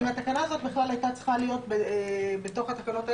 -- אם התקנה הזאת בכלל הייתה צריכה להיות בתוך התקנות האלה.